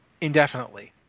indefinitely